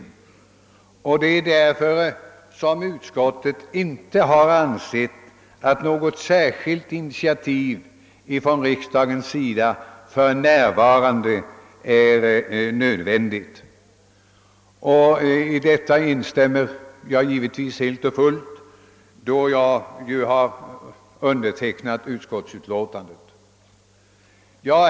Det är därför som utskottet inte har ansett att något särskilt initiativ från riksdagens sida för närvarande är nödvändigt. I detta instämmer jag givetvis helt och fullt, då jag har undertecknat utskottsutlåtandet.